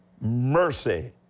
mercy